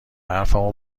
حرفمو